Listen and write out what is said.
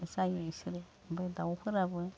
जायो इसोरो ओमफाय दावफोराबो